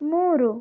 ಮೂರು